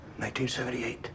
1978